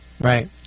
Right